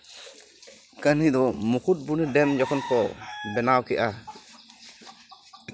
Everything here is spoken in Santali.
ᱠᱟᱱᱦᱤ ᱫᱚ ᱢᱩᱠᱩᱴᱢᱩᱱᱤ ᱰᱮᱢ ᱡᱚᱠᱷᱚᱱ ᱠᱚ ᱵᱮᱱᱟᱣ ᱠᱮᱜᱼᱟ